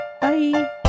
Bye